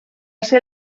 ser